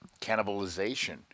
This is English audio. cannibalization